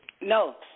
No